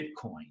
Bitcoin